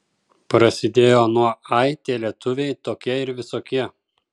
prasidėjo nuo ai tie lietuviai tokie ir visokie